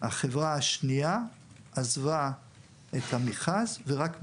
החברה השנייה עזבה את המכרז ורק --- ניגש.